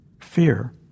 Fear